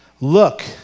look